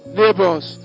neighbors